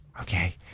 Okay